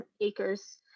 acres